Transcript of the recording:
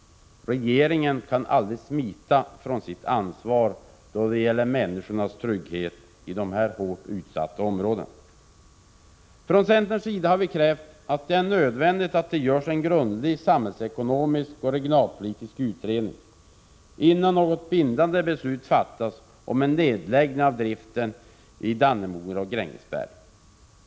Regeringen kan aldrig smita från sitt ansvar när det gäller människors trygghet i dessa hårt utsatta områden. Från centerns sida har vi krävt att man gör en nödvändig och grundlig samhällsekonomisk och regionalpolitisk utredning, innan något bindande beslut fattas om en nedläggning av driften i Dannemora och Grängesberg.